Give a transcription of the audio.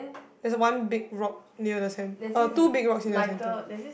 there's one big rock near the cen~ uh two big rocks in the centre